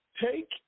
take